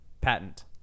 patent